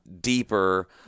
deeper